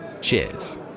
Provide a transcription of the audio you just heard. Cheers